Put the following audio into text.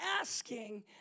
asking